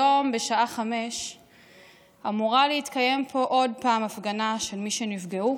היום בשעה 17:00 אמורה להתקיים פה עוד פעם הפגנה של מי שנפגעו